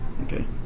Okay